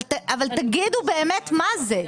אבל תגידו באמת מה זה.